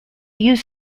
use